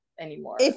anymore